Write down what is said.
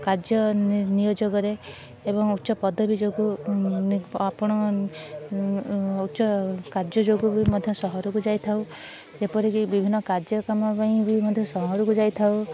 କାର୍ଯ୍ୟ ନି ନିୟୋଯୋଗରେ ଏବଂ ଉଚ୍ଚ ପଦବୀ ଯୋଗୁଁ ଆପଣ ଉଚ୍ଚ କାର୍ଯ୍ୟ ଯୋଗୁଁ ବି ମଧ୍ୟ ସହରକୁ ଯାଇଥାଉ ଏପରିକି ବିଭିନ୍ନ କାଜ୍ୟ କ୍ରମ ପାଇଁ ବି ମଧ୍ୟ ସହରକୁ ଯାଇଥାଉ